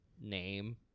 name